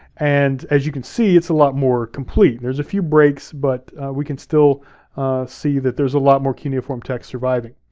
and as you can see, it's a lot more complete. there's a few breaks, but we can still see that there's a lot more cuneiform text surviving.